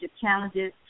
challenges